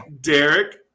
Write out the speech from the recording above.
Derek